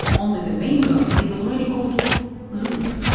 only the main god is already called zeus,